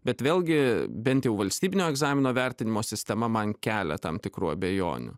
bet vėlgi bent jau valstybinio egzamino vertinimo sistema man kelia tam tikrų abejonių